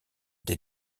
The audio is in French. des